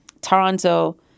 Toronto